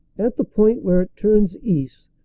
at the point where it turns east,